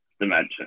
dimension